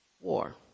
war